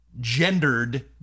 gendered